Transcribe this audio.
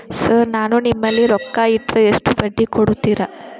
Sir ನಾನು ನಿಮ್ಮಲ್ಲಿ ರೊಕ್ಕ ಇಟ್ಟರ ಎಷ್ಟು ಬಡ್ಡಿ ಕೊಡುತೇರಾ?